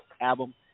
album